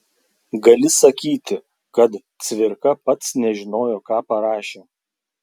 gali sakyti kad cvirka pats nežinojo ką parašė